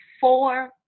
four